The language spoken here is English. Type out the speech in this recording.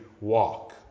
walk